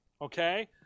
Okay